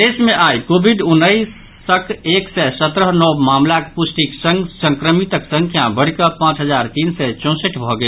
प्रदेश मे आइ कोविड उन्नैसक एक सय सत्रह नव मामिला प्रष्टिक संग संक्रमितक संख्या बढ़ि कऽ पांच हजार तीन सय चौसठ भऽ गेल